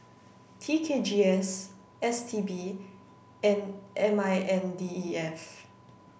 T K G S S T B and M I N D E F